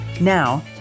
Now